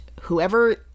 whoever